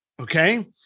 okay